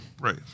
Right